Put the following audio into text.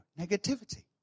negativity